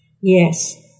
yes